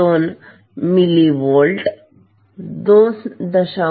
02 millivolt 2